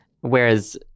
Whereas